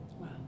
Wow